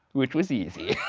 which was easy.